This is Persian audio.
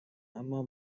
اما